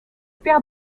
père